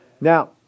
Now